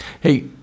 Hey